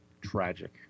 Tragic